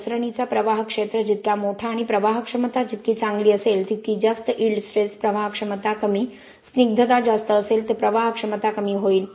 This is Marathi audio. घसरणीचा प्रवाह क्षेत्र जितका मोठा आणि प्रवाहक्षमता जितकी चांगली असेल तितकी जास्त ईल्ड स्ट्रेस प्रवाहक्षमता कमी स्निग्धता जास्त असेल तर प्रवाहक्षमता कमी होईल